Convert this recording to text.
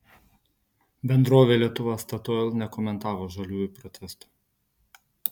bendrovė lietuva statoil nekomentavo žaliųjų protesto